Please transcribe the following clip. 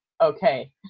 okay